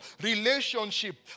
relationship